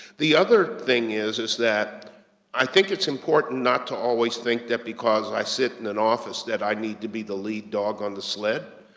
the other thing is, is that i think it's important not to always think that because i sit in an office that i need to be the lead dog on the sled.